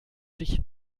sich